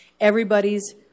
Everybody's